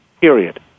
period